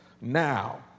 Now